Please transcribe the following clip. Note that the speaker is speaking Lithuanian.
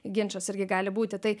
ginčas irgi gali būti tai